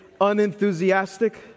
unenthusiastic